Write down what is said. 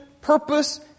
purpose